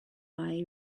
buy